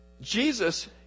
Jesus